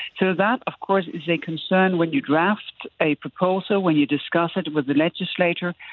so that, of course, is a concern when you draft a proposal, when you discuss it with the legislature.